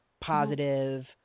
positive